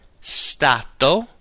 Stato